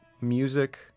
music